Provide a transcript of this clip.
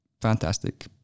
fantastic